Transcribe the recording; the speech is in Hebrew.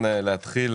הדיון.